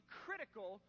critical